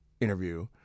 interview